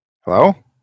Hello